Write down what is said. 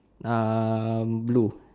uh blue